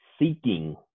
seeking